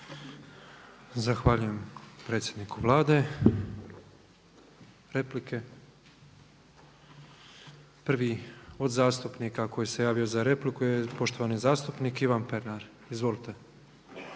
Zahvaljujem predsjedniku Vlade. Replike? Prvi od zastupnika koji se javio za repliku je poštovani zastupnik Ivan Pernar. Izvolite.